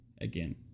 again